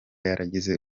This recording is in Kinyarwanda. yaragize